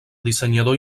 dissenyador